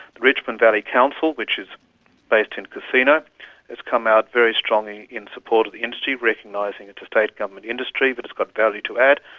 the richmond valley council which is based in casino has come out very strongly in support of the industry, recognising it's a state government industry but it's got value to add,